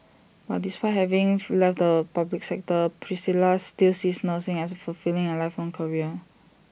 but despite having left the public sector Priscilla still sees nursing as A fulfilling and lifelong career